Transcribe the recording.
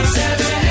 seven